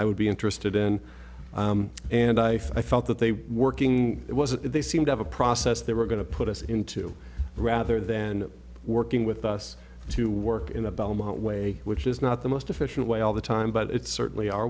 i would be interested in and i felt that they were working it was they seem to have a process they were going to put us into rather than working with us to work in a belmont way which is not the most efficient way all the time but it's certainly our